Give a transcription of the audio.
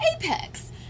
Apex